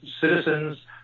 citizens